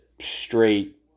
straight